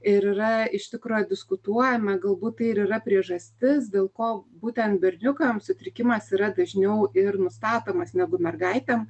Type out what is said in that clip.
ir yra iš tikro diskutuojama galbūt tai ir yra priežastis dėl ko būtent berniukams sutrikimas yra dažniau ir nustatomas negu mergaitėm